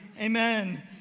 Amen